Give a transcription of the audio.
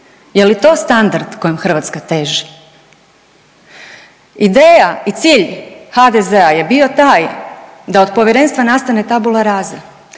Je li to standard kojem Hrvatska teži? Ideja i cilj HDZ-a je bio taj da od povjerenstva nastane tabula rasa,